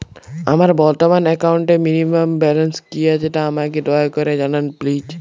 আমার বর্তমান একাউন্টে মিনিমাম ব্যালেন্স কী আছে তা আমাকে দয়া করে জানান প্লিজ